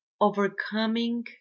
overcoming